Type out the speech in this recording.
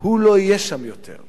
הוא לא יהיה שם יותר.